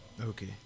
Okay